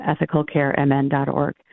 EthicalCareMN.org